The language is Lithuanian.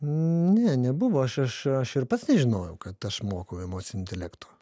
ne nebuvo aš aš aš ir pats nežinojau kad aš mokau emocinio intelekto